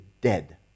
dead